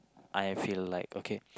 I feel like okay